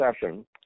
session